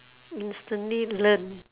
instantly learn